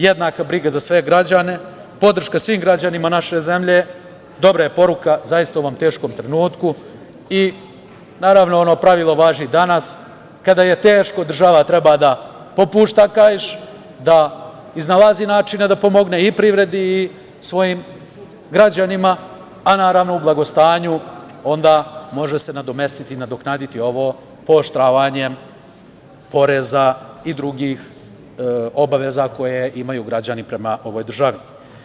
Jednaka briga za sve građane, podrška svim građanima naše zemlje dobra je poruka u ovom teškom trenutku i naravno ono pravilo važi i danas, kada je teško, država treba da popušta kaiš, da iznalazi načine da pomogne i privredi i svojim građanima, a naravno u blagostanju onda se može nadomestiti i nadoknaditi ovo pooštravanje poreza i drugih obaveza koje imaju građani prema državi.